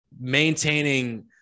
maintaining